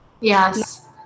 yes